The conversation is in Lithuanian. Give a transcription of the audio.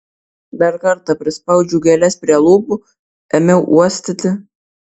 dar kartą prispaudžiau gėles prie lūpų ėmiau uostyti